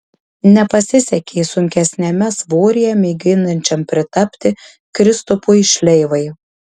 nepasisekė sunkesniame svoryje mėginančiam pritapti kristupui šleivai